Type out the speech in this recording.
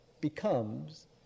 becomes